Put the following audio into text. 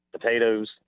potatoes